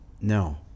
No